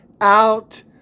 out